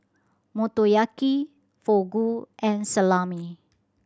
Motoyaki Fugu and Salami